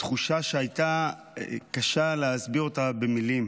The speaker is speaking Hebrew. תחושה שהייתה וקשה להסביר אותה במילים,